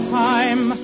time